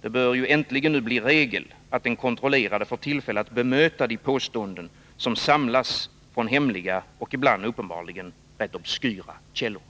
Det bör äntligen bli regel att den kontrollerade får tillfälle att bemöta de påståenden som samlas från hemliga och ibland uppenbarligen rätt obskyra källor.